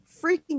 freaking